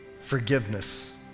forgiveness